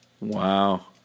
Wow